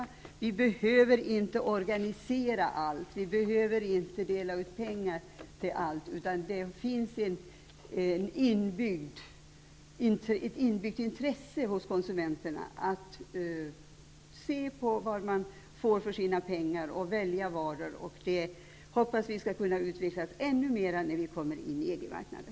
Vi politiker behöver inte organisera allt, inte dela ut pengar till allt, utan det finns ett inbyggt intresse hos konsumenterna att se vad man får för sina pengar och välja varor därefter. Vi hoppas detta förhållande kommer att utvecklas ännu mer när vi kommer in på EG-marknaden.